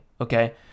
okay